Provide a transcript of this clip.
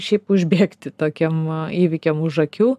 šiaip užbėgti tokiem įvykiam už akių